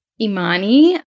imani